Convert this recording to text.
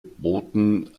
boten